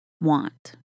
want